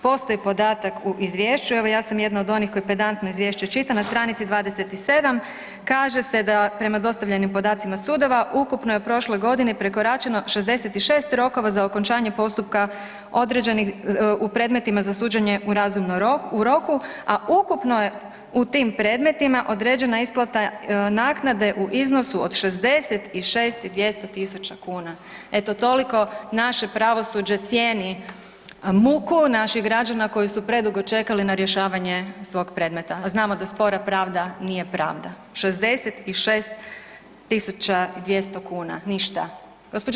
Postoji podatak u izvješću, evo ja sam jedna od onih koja pedantno izvješće čita, na stranici 27 kaže se da prema dostavljenim podacima sudova ukupno je u prošloj godini prekoračeno 66 rokova za okončanje postupka određenih u predmetima za suđenje u razumnom roku, a ukupno je u tim predmetima određena isplata naknade u iznosu od 66 i 200 tisuća kuna, eto toliko naše pravosuđe cijeni muku naših građana koji su predugo čekali na rješavanje svog predmeta, a znamo da spora pravda nije pravda, 66 tisuća i 200 kuna, ništa. gđo.